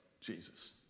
Jesus